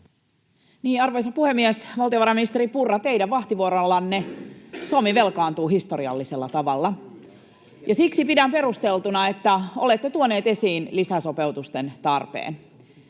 Arvoisa puhemies! Valtiovarainministeri Purra, teidän vahtivuorollanne Suomi velkaantuu historiallisella tavalla. [Vasemmalta: Kyllä!] Siksi pidän perusteltuna, että olette tuoneet esiin lisäsopeutusten tarpeen.